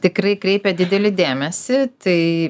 tikrai kreipia didelį dėmesį tai